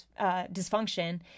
dysfunction